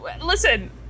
listen